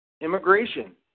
immigration